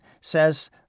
says